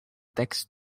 tekst